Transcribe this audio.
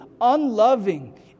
unloving